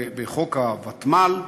בחוק הוותמ"ל,